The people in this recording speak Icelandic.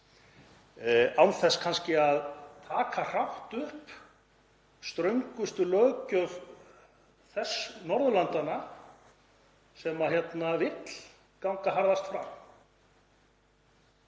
án þess kannski að taka hrátt upp ströngustu löggjöf þess Norðurlandanna sem vill ganga harðast fram.